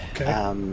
Okay